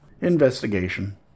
Investigation